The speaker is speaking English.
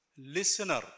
listener